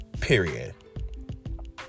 Period